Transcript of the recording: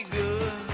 good